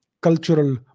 cultural